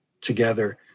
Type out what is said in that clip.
together